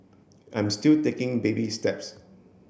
I'm still taking baby steps